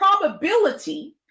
probability